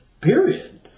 period